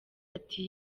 ati